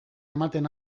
ematen